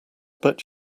bet